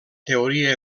teoria